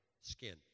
skin